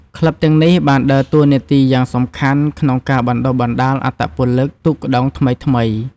ក្លឹបទាំងនេះបានដើរតួនាទីយ៉ាងសំខាន់ក្នុងការបណ្ដុះបណ្ដាលអត្តពលិកទូកក្ដោងថ្មីៗ។